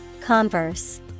Converse